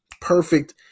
perfect